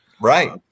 Right